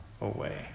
away